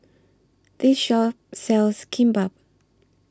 This Shop sells Kimbap